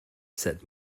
said